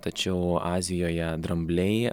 tačiau azijoje drambliai